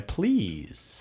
Please